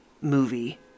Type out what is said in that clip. movie